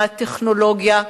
מהטכנולוגיה,